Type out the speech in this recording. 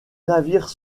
navire